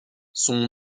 son